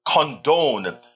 condone